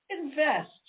Invest